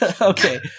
okay